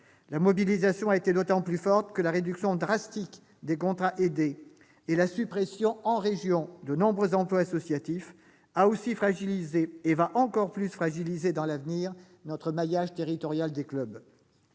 La mobilisation a été d'autant plus forte que la réduction drastique des contrats aidés et la suppression en région de nombreux emplois associatifs ont aussi fragilisé et vont encore plus fragiliser dans l'avenir le maillage territorial des clubs.